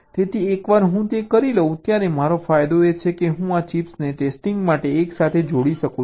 તેથી એકવાર હું તે કરી લઉં ત્યારે મારો ફાયદો એ છે કે હું આ ચિપ્સને ટેસ્ટિંગ માટે એકસાથે જોડી શકું છું